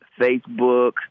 Facebook